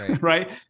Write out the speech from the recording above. Right